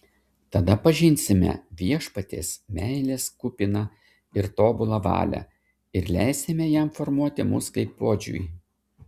tada pažinsime viešpaties meilės kupiną ir tobulą valią ir leisime jam formuoti mus kaip puodžiui